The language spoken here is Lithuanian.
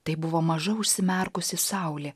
tai buvo maža užsimerkusi saulė